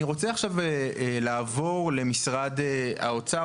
נעבור למשרד האוצר.